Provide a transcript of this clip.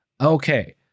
Okay